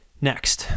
Next